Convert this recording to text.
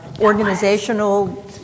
organizational